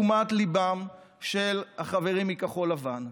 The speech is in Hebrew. אבל אני רוצה להסב את תשומת ליבם של החברים מכחול לבן,